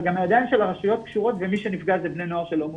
אבל גם הידיים של הרשויות קשורות ומי שנפגע זה בני נוער שלא מאותרים.